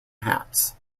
hats